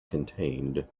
contained